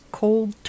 cold